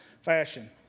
fashion